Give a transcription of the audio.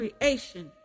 creation